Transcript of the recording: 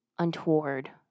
untoward